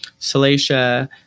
Salacia